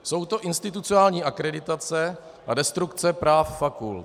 Jsou to institucionální akreditace a destrukce práv fakult.